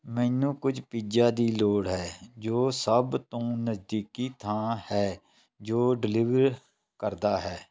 ਮੈਨੂੰ ਕੁਝ ਪੀਜ਼ਾ ਦੀ ਲੋੜ ਹੈ ਜੋ ਸਭ ਤੋਂ ਨਜ਼ਦੀਕੀ ਥਾਂ ਹੈ ਜੋ ਡਿਲੀਵਰ ਕਰਦਾ ਹੈ